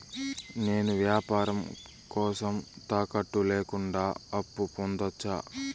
నేను వ్యాపారం కోసం తాకట్టు లేకుండా అప్పు పొందొచ్చా?